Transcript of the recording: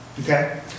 Okay